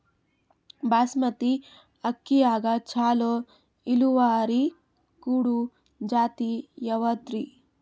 ಬಾಸಮತಿ ಅಕ್ಕಿಯಾಗ ಚಲೋ ಇಳುವರಿ ಕೊಡೊ ಜಾತಿ ಯಾವಾದ್ರಿ?